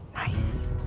nice.